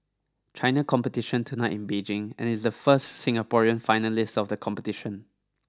China competition tonight in Beijing and is the first Singaporean finalist of the competition